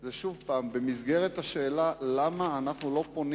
זה שוב במסגרת השאלה למה אנחנו לא פונים